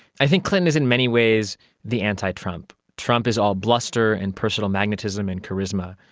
i think clinton is in many ways the anti-trump. trump is all bluster and personal magnetism and charisma.